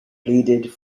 pleaded